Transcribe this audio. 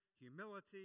humility